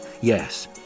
Yes